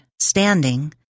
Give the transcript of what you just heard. standing